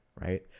Right